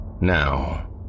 Now